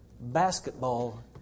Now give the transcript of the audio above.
Basketball